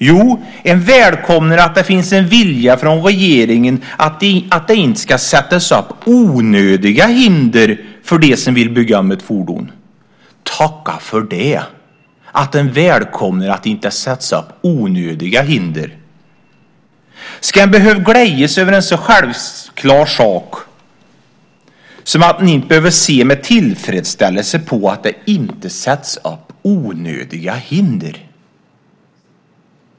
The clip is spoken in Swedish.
Jo, man välkomnar att det finns en vilja från regeringen att det inte ska sättas upp onödiga hinder för dem som vill bygga om ett fordon. Tacka för att man välkomnar att det inte sätts upp onödiga hinder! Ska man behöva glädjas över en så självklar sak som att man inte behöver se med tillfredsställelse på att det inte sätts upp onödiga hinder.